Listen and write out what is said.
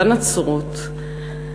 בנצרות,